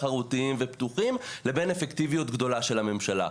תחרותיים ופתוחים לבין אפקטיביות גדולה של הממשלה,